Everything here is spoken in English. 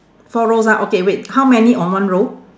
four rows ah okay wait how many on one row